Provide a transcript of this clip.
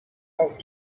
out